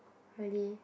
really